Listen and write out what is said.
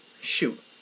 Shoot